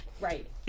Right